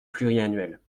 pluriannuelle